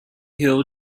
hill